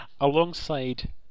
Alongside